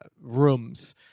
rooms